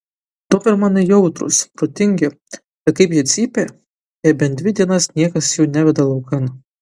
dobermanai jautrūs protingi bet kaip jie cypia jei bent dvi dienas niekas jų neveda laukan